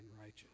righteous